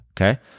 okay